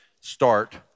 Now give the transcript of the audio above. start